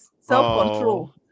self-control